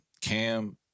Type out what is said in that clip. Cam